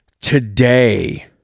today